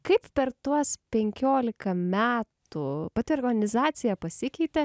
kaip per tuos penkiolika metų pati organizacija pasikeitė